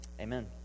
Amen